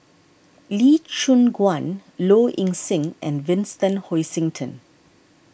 Lee Choon Guan Low Ing Sing and Vincent Hoisington